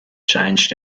changed